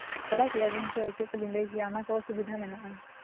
ᱵᱟᱰᱟᱭ ᱠᱮᱫᱟ ᱵᱤᱱ ᱥᱮ ᱪᱮᱫ ᱠᱚᱞᱤᱧ ᱞᱟᱹᱭ ᱠᱮᱫᱟ ᱚᱱᱟ ᱠᱚ ᱥᱩᱵᱤᱫᱷᱟ ᱢᱮᱱᱟᱜᱼᱟ